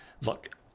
look